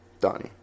Donnie